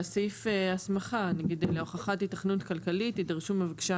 אלא סעיף הסמכה להוכחת היתכנות כלכלית יידרשו מבקשי